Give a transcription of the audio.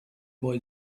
boy